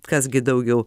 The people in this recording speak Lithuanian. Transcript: kas gi daugiau